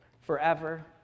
forever